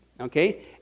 Okay